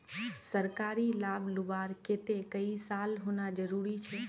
सरकारी लाभ लुबार केते कई साल होना जरूरी छे?